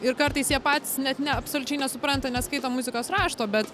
ir kartais jie patys net ne absoliučiai nesupranta neskaito muzikos rašto bet